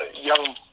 young